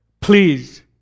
Please